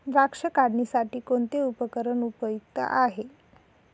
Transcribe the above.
द्राक्ष काढणीसाठी कोणते उपकरण उपयुक्त आहे?